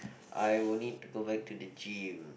I only go back to the gym